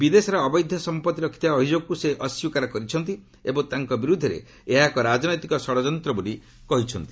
ବିଦେଶରେ ଅବୈଧ ସମ୍ପଭି ରଖିଥିବା ଅଭିଯୋଗକୁ ସେ ଅସ୍ୱୀକାର କରିଛନ୍ତି ଏବଂ ତାଙ୍କ ବିରୁଦ୍ଧରେ ଏହା ଏକ ରାଜନୈତିକ ଷଡ଼ଯନ୍ତ ବୋଲି କହିଛନ୍ତି